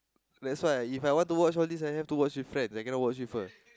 ya that's why If I want to watch all these I have to watch with friend I cannot watch with her